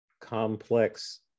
complex